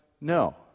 No